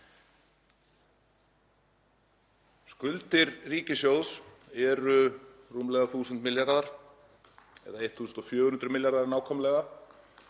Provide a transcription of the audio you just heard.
Skuldir ríkissjóðs eru rúmlega 1.000 milljarðar eða 1.400 milljarðar nákvæmlega